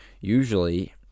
usually